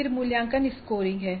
फिर मूल्यांकन स्कोरिंग है